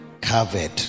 covered